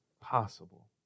possible